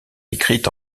écrite